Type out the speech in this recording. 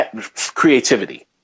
creativity